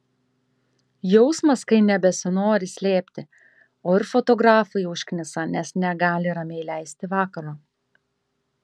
jausmas kai nebesinori slėpti o ir fotografai užknisa nes negali ramiai leisti vakaro